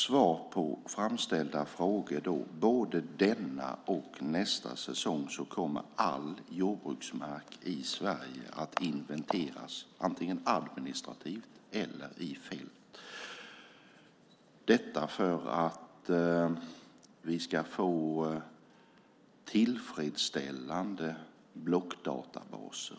Svar på framställda frågor: Både denna och nästa säsong kommer all jordbruksmark i Sverige att inventeras, antingen administrativt eller i fält, detta för att vi ska få tillfredsställande blockdatabaser.